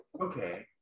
Okay